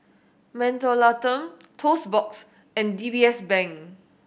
Mentholatum Toast Box and D B S Bank